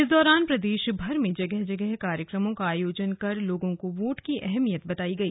इस दौरान प्रदेशभर में जगह जगह कार्यक्रमों का आयोजन कर लोगों को वोट की अहमियत बताई गई